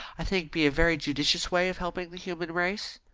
i think, be a very judicious way of helping the human race.